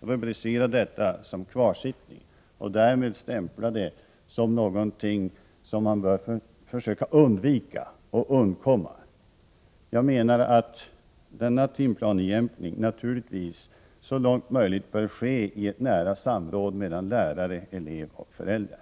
individuella timplanejämkningen som kvarsittning och därmed stämpla den som någonting som man bör försöka undvika och undkomma. Denna timplanejämkning bör naturligtvis så långt som möjligt ske i nära samråd mellan lärare, elev och föräldrar.